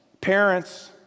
parents